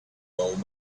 old